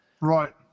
Right